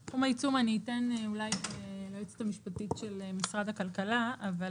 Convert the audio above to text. את סכום העיצום אני אתן ליועצת המשפטית של משרד הכלכלה לומר.